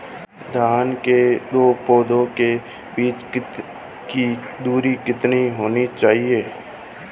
धान के दो पौधों के बीच की दूरी कितनी होनी चाहिए?